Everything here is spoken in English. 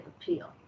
appeal